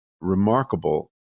remarkable